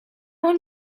one